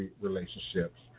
relationships